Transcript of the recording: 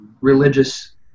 religious